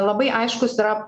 labai aiškus yra